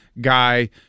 guy